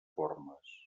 formes